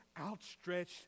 outstretched